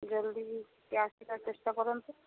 ଜରୁରୀ ଟିକିଏ ଆସିବା ଚେଷ୍ଟା କରନ୍ତୁ